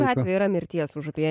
gatvė yra mirties užupyje